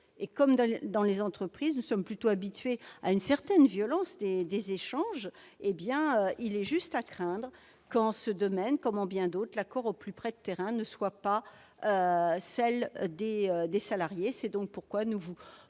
Or, comme dans les entreprises nous sommes plutôt habitués à une certaine violence des échanges, il est juste à craindre qu'en ce domaine, comme en bien d'autres, l'accord « au plus près du terrain » ne soit pas en faveur des salariés. C'est la raison pour